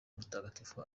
mutagatifu